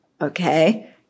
okay